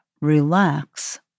relax